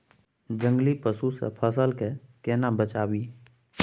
जंगली पसु से फसल के केना बचावी?